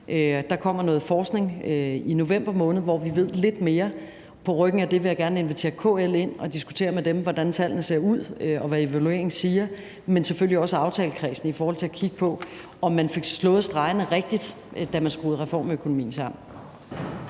Der kommer noget forskning i november måned, hvor vi ved lidt mere, og på ryggen af det vil jeg gerne invitere KL ind og diskutere med dem, hvordan tallene ser ud, og hvad evalueringen siger, men selvfølgelig også aftalekredsen i forhold til at kigge på, om man fik slået stregerne rigtigt, da man skruede reformøkonomien sammen.